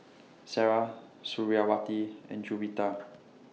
Sarah Suriawati and Juwita